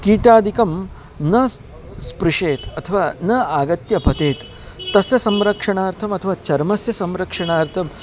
कीटादिकं न स्पृशेत् अथवा न आगत्य पतेत् तस्य संरक्षणार्थम् अथवा चर्मस्य संरक्षणार्थम्